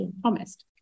promised